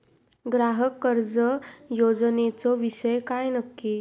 ग्राहक कर्ज योजनेचो विषय काय नक्की?